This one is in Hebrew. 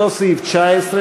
אותו סעיף,